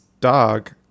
dog